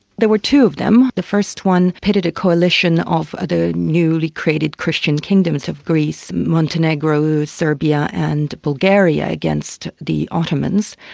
there were two of them. the first one pitted a coalition of ah the newly-created christian kingdoms of greece, montenegro, serbia and bulgaria against the ottomans,